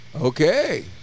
Okay